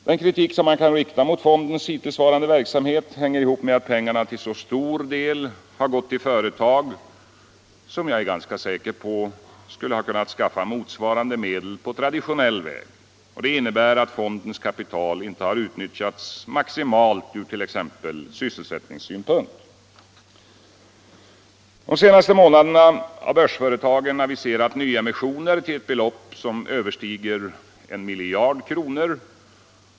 Den kritik som man kan rikta mot fondens hittillsvarande verksamhet hänger ihop med att pengarna till så stor del har gått till företag som — det är jag ganska säker på — skulle ha kunnat skaffa motsvarande medel på traditionell väg. Det innebär att fondens kapital inte har utnyttjats maximalt ur t.ex. sysselsättningssynpunkt. De senaste månaderna har börsföretagen aviserat nyemissioner till ett belopp som överstiger 1 miljard kronor.